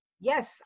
Yes